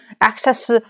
access